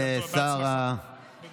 תודה רבה לשר החדשנות,